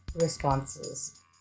responses